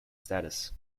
status